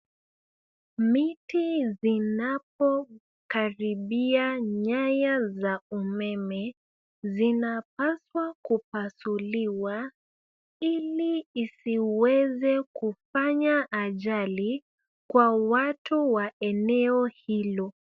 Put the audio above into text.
Miti zinapokaribia nyaya za umeme zinapaswa kupasuliwa ili isiweze kufanya ajali kwa watu wa eneo hilo.